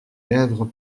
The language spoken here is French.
lèvres